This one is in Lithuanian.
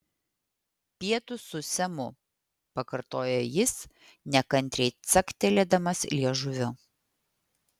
pietūs su semu pakartojo jis nekantriai caktelėdamas liežuviu